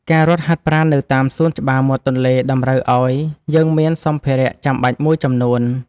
ការរត់ហាត់ប្រាណនៅតាមសួនច្បារមាត់ទន្លេ តម្រូវឲ្យយើងមានសម្ភារៈចាំបាច់មួយចំនួន។